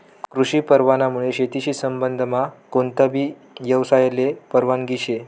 कृषी परवानामुये शेतीशी संबंधमा कोणताबी यवसायले परवानगी शे